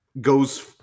goes